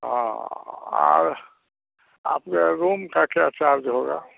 हाँ और अपने रूम का क्या चार्ज होगा